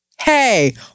Hey